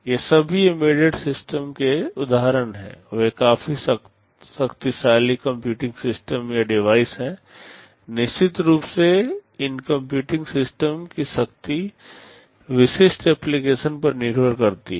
ये सभी embedded system के उदाहरण हैं वे काफी शक्तिशाली कंप्यूटिंग सिस्टम या डिवाइस हैं निश्चित रूप से इन कंप्यूटिंग सिस्टम की शक्ति विशिष्ट एप्लिकेशन पर निर्भर करती है